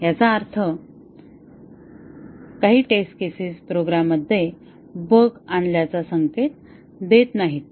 याचा अर्थ काही टेस्ट केसेस प्रोग्राममध्ये बग आणल्याचा संकेत देत नाहीत